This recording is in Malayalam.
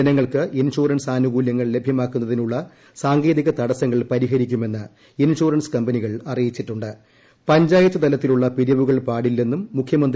ജനങ്ങൾക്ക് ഇൻഷുറൻസ് ആനുക്കൂല്യങ്ങൾ ലഭ്യമാകുന്നതിനുള്ള സാങ്കേതിക തടസങ്ങൾ പരിഹരിക്കു്ളമുന്ന് ഇൻഷുറൻസ് കമ്പനികൾ അറിയിച്ചി പഞ്ചായത്തുത്ലത്തിലുള്ള പിരിവുകൾ പാടില്ലെന്നും ട്ടുണ്ട്